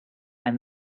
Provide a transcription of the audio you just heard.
and